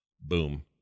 boom